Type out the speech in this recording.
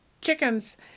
chickens